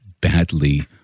badly